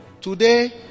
today